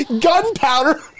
gunpowder